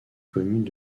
communes